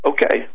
Okay